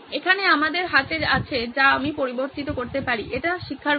এখানে আমাদের হাতে আছে যা আমি পরিবর্তিত করতে পারি এটি শিক্ষার গতি